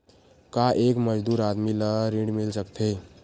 का एक मजदूर आदमी ल ऋण मिल सकथे?